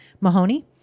Mahoney